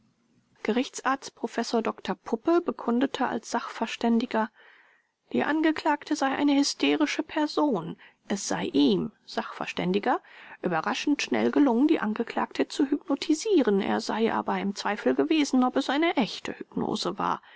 gerichtsarzt professor dr puppe bekundete als sachverständiger die angeklagte sei eine hysterische person es sei ihm sachv überraschend schnell gelungen die angeklagte zu hypnotisieren er sei aber im zweifel gewesen ob es eine echte hypnose war